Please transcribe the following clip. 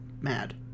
mad